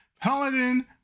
Paladin